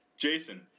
jason